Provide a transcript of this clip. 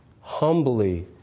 Humbly